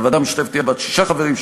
הוועדה המשותפת תהיה בת שישה חברים,